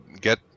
get